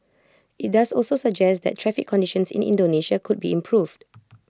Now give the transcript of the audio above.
IT does also suggest that traffic conditions in Indonesia could be improved